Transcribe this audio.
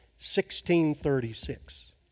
1636